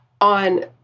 on